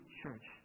church